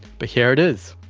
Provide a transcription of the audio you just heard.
but here it is.